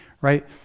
right